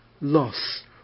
loss